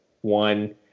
one